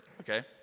Okay